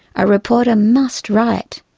a reporter must write.